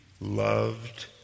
loved